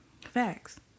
Facts